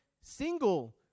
single